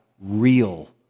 real